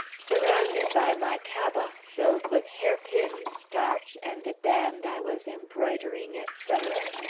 surrounded by my cabas filled with hair-pins, starch, and a band i was embroidering, etc.